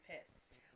pissed